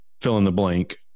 fill-in-the-blank